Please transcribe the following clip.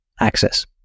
access